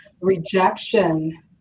rejection